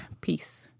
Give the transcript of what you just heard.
Peace